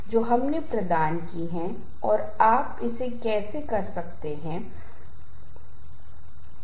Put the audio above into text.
उन्होंने कहा कि व्यक्ति की ओर से व्यक्तिगत या कुछ व्यक्तिगत संसाधनों की ओर से कुछ क्षमताएं हैं जो उसे तनाव को नियंत्रित करने में मदद करेंगी